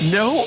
no